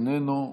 איננו,